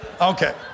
Okay